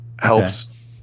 helps